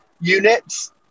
units